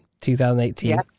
2018